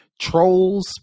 Trolls